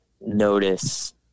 notice